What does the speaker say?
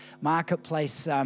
marketplace